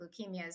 leukemias